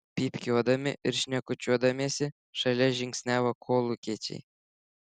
pypkiuodami ir šnekučiuodamiesi šalia žingsniavo kolūkiečiai